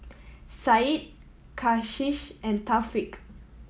Syed Kasih and Thaqif